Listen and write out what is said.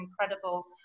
incredible